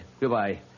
Goodbye